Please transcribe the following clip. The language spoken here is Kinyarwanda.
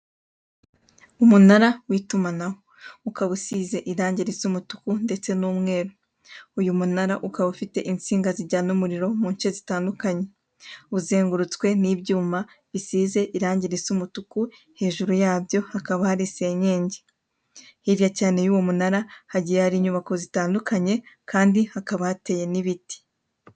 Umunara w'itumanaho ukaba usize irangi risa umutuku ndetse n'umweru. Uyu munara ukaba ufite insinga zijyana umuriro mu nce zitandukanye. Uzengurutswe n'ibyuma bisize irangi risa umutuku, hejuru yabyo hakaba hari senyenge. Hirya cyane y'uwo munara hagiye hari inyubako zitandukanye kandi hakaba hateye n'ibiti.